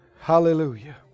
Hallelujah